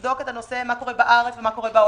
הלכנו לבדוק את הנושא, מה קורה בארץ ומה בעולם.